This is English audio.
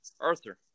Arthur